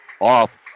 Off